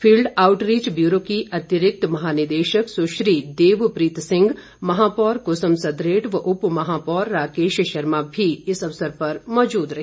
field outreach bureau की अतिरिक्त महानिदेशक सुश्री देवप्रीत सिंह महापौर कुसुम सदरेट व उपमहापौर राकेश शर्मा भी इस अवसर मौजूद रहे